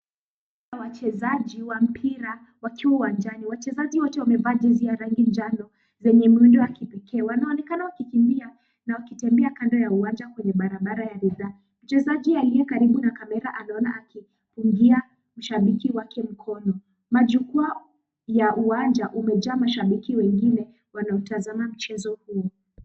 Wachezaji wa mpira wakiwa uwanjani. Wachezaji wote wamevaa jezi ya rangi njano zenye muundo wa kipekee. Wanaonekana wakikimbia na wakitembea kando ya uwanja kwenye barabara ya ridhaa. Mchezaji aliye karibu na kamera anaona akipungia mashabiki wake mkono. Majukwaa ya uwanja umejaa mashabiki wengine wanaotazama mchezo huo.